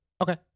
okay